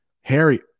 Harry